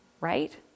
right